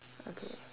okay